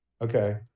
Okay